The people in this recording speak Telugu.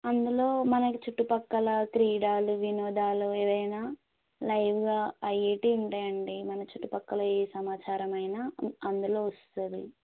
అందులో మనకి చుట్టుపక్కల క్రీడలు వినోదాలు ఏవైనా లైవ్గా అయ్యేవి ఉంటాయండి మన చుట్టుపక్కల ఏ సమాచారం అయిన అందులో వస్తుంది